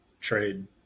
trade